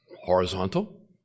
horizontal